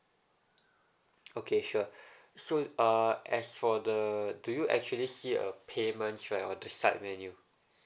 okay sure so uh as for the do you actually see a payments right on the side menu